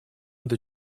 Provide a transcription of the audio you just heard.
это